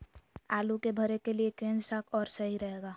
आलू के भरे के लिए केन सा और सही रहेगा?